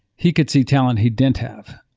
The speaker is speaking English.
he could see talent he didn't have.